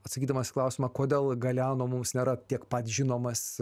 atsakydamas į klausimą kodėl galeano mums nėra tiek pat žinomas